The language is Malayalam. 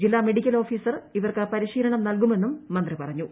ജില്ലാ മെഡിക്കൽ ഓഫീസർ ഇവർക്ക് ച്ച്രിശ്രീലനം നൽകുമെന്നും മന്ത്രി പറഞ്ഞു